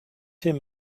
him